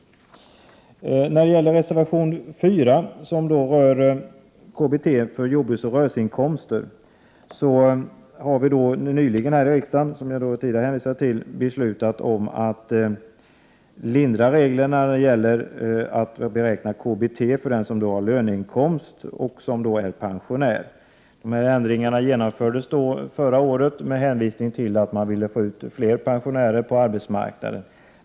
Reservation 4 rör KBT vid jordbrukseller rörelseinkomst. Vi har nyligen här i riksdagen beslutat om att lindra reglerna när det gäller att beräkna KBT för den som har löneinkomster och är pensionär. Ändringarna genomfördes förra året med hänvisning till att man ville få ut fler pensionärer på arbetsmarknaden.